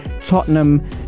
Tottenham